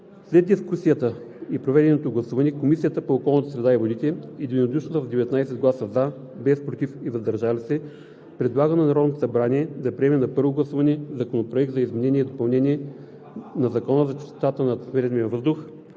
След дискусията и проведеното гласуване Комисията по околната среда и водите единодушно с 19 гласа „за“, без „против“ и „въздържал се“ предлага на Народното събрание да приеме на първо гласуване Законопроект за изменение и допълнение на Закона за чистотата на атмосферния въздух,